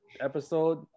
episode